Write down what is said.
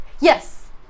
Yes